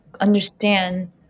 understand